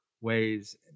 ways